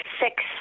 six